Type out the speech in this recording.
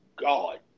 God